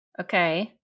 Okay